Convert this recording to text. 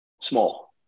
small